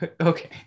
Okay